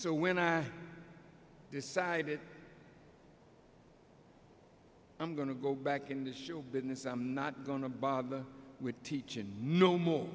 so when i decided i'm going to go back into show business i'm not going to bother with teaching no more